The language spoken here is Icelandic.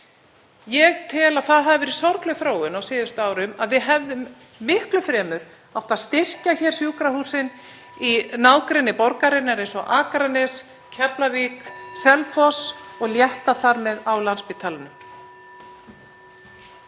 Ég tel að það hafi verið sorgleg þróun á síðustu árum, að við hefðum miklu fremur átt að styrkja sjúkrahúsin í nágrenni borgarinnar eins og á Akranesi, í Keflavík, á Selfossi, og létta þar með á Landspítalanum.